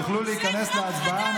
תוכלו להיכנס להצבעה.